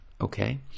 okay